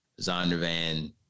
Zondervan